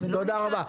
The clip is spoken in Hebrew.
תודה רבה.